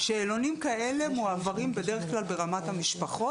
שאלונים כאלה מועברים בדרך כלל ברמת המשפחות